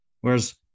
Whereas